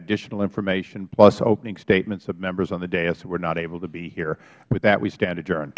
itional information plus opening statements of members on the dais who were not able to be here with that we stand adjourn